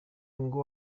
ngo